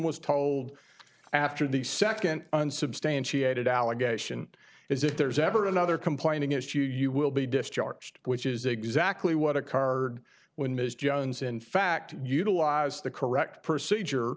was told after the second unsubstantiated allegation is if there's ever another complaint against you you will be discharged which is exactly what a car when ms jones in fact utilized the correct procedure